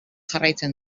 jarraitzen